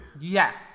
Yes